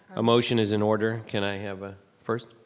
a motion is in order, can i have a first?